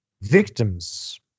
victims